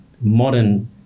modern